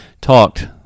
talked